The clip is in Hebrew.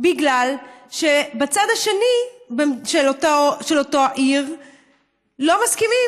בגלל שבצד השני של אותה עיר לא מסכימים